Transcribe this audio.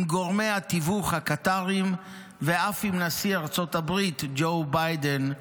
עם גורמי התיווך הקטריים ואף עם נשיא ארצות הברית ג'ו ביידן,